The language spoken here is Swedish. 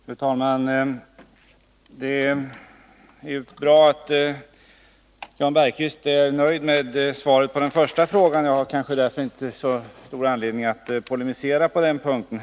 Fru talman! Det är bra att Jan Bergqvist är nöjd med svaret på den första frågan, och därför har jag kanske inte så stor anledning att polemisera på den punkten.